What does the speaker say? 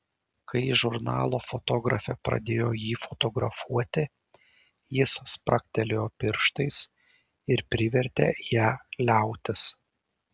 kai žurnalo fotografė pradėjo jį fotografuoti jis spragtelėjo pirštais ir privertė ją liautis